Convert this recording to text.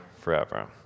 forever